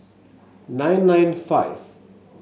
nine nine five